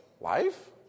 life